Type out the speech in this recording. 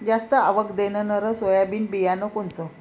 जास्त आवक देणनरं सोयाबीन बियानं कोनचं?